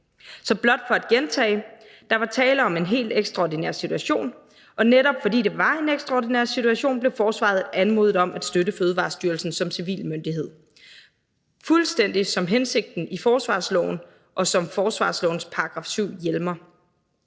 Så blot for at gentage: Der var tale om en helt ekstraordinær situation, og netop fordi det var en ekstraordinær situation, blev forsvaret anmodet om at støtte Fødevarestyrelsen som civil myndighed – fuldstændig efter hensigten i forsvarsloven, og som forsvarslovens § 7 hjemler.